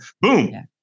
Boom